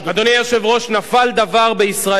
אדוני היושב-ראש, נפל דבר בישראל: